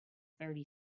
thirty